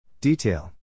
Detail